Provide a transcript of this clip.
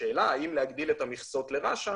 בשאלה האם להגדיל את המכסות לרש"א,